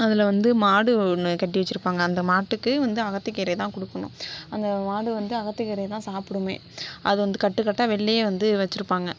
அதில் வந்து மாடு ஒன்று கட்டி வச்சிருப்பாங்க அந்த மாட்டுக்கு வந்து அகத்திக்கீரைதான் கொடுக்கணும் அந்தமாடு வந்து அகத்திக்கீரைதான் சாப்பிடுமே அதுவந்து கட்டுக்கட்டாக வெளிலயே வந்து வச்சிருப்பாங்க